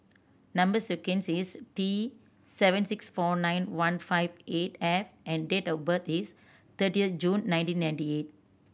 number sequence is T seven six four nine one five eight F and date of birth is thirtieth June nineteen ninety eight